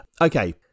Okay